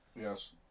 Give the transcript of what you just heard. Yes